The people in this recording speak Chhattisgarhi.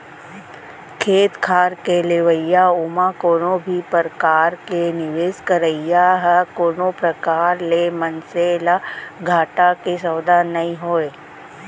खेत खार के लेवई ओमा कोनो भी परकार के निवेस करई ह कोनो प्रकार ले मनसे ल घाटा के सौदा नइ होय